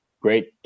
great